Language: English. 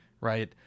right